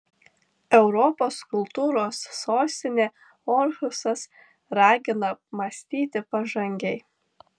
europos kultūros sostinė orhusas ragina mąstyti pažangiai